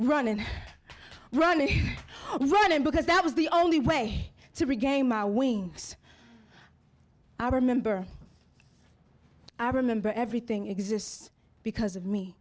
running running because that was the only way to regain my wings i remember i remember everything exists because of me